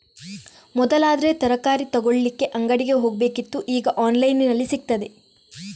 ಮೊದಲಾದ್ರೆ ತರಕಾರಿ ತಗೊಳ್ಳಿಕ್ಕೆ ಅಂಗಡಿಗೆ ಹೋಗ್ಬೇಕಿತ್ತು ಈಗ ಆನ್ಲೈನಿನಲ್ಲಿ ಸಿಗ್ತದೆ